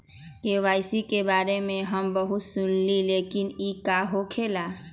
KYC के बारे में हम बहुत सुनीले लेकिन इ का होखेला?